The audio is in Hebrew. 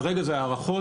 כרגע זה הערכות,